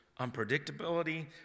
unpredictability